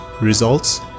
Results